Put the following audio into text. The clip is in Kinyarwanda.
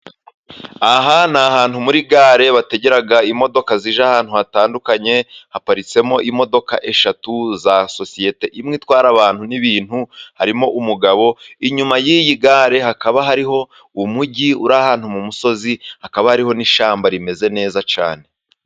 Aha ni ahantu muri gare bategera imodoka zijya ahantu hatandukanye haparitsemo imodoka eshatu za sosiyete imwe itwara abantu n'ibintu, harimo umugabo inyuma y'iyi gare hakaba hariho umujyi uri ahantu mu musozi, hakaba hariho n'ishyamba rimeze neza cyane.